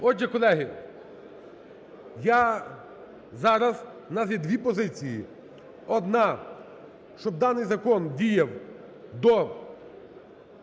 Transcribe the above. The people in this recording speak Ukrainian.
Отже, колеги, я зараз… в нас є дві позиції: одна – щоб даний закон діяв до